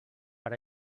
per